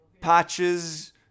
Patches